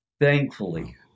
thankfully